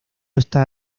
está